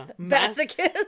Masochist